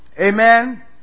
Amen